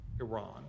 Iran